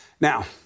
Now